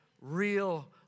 Real